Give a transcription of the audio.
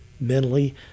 mentally